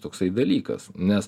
toksai dalykas nes